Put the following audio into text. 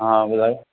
हा ॿुधायो